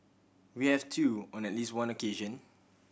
we have too on at least one occasion